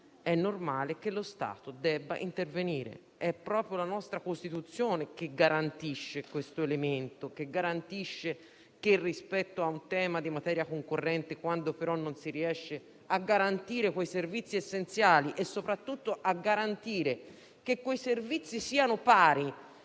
è normale che lo Stato debba intervenire. È proprio la nostra Costituzione che garantisce questo elemento e che, rispetto a un tema di materia concorrente, quando però non si riescono a garantire quei servizi essenziali e soprattutto che siano pari